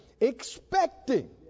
expecting